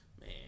Man